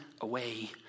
away